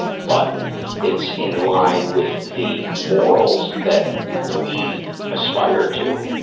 but it's in line with the morals that we aspire to.